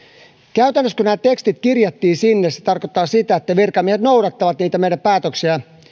käytännössä kun nämä tekstit kirjattiin sinne se tarkoittaa sitä että virkamiehet noudattavat meidän päätöksiämme